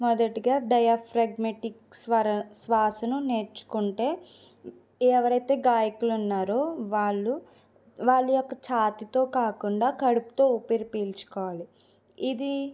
మొదటగా డయాఫ్రాగ్మటిక్ స్వర శ్వాసను నేర్చుకుంటే ఎవరైతే గాయకులు ఉన్నారో వాళ్ళు వాళ్ళ యొక్క ఛాతితో కాకుండా కడుపుతో ఊపిరి పీల్చుకోవాలి ఇది